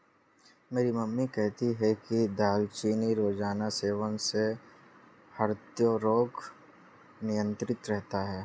मेरी मम्मी कहती है कि दालचीनी रोजाना सेवन से हृदय रोग नियंत्रित रहता है